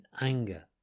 anger